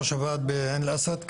ראש הוועד בעין אל-אסד,